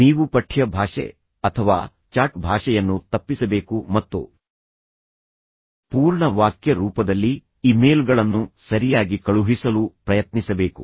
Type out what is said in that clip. ನೀವು ಪಠ್ಯ ಭಾಷೆ ಅಥವಾ ಚಾಟ್ ಭಾಷೆಯನ್ನು ತಪ್ಪಿಸಬೇಕು ಮತ್ತು ಪೂರ್ಣ ವಾಕ್ಯ ರೂಪದಲ್ಲಿ ಇಮೇಲ್ಗಳನ್ನು ಸರಿಯಾಗಿ ಕಳುಹಿಸಲು ಪ್ರಯತ್ನಿಸಬೇಕು